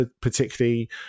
particularly